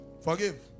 Forgive